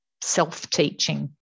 self-teaching